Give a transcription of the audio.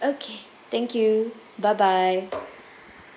okay thank you bye bye